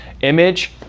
image